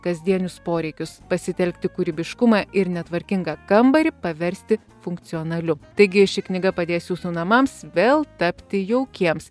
kasdienius poreikius pasitelkti kūrybiškumą ir netvarkingą kambarį paversti funkcionaliu taigi ši knyga padės jūsų namams vėl tapti jaukiems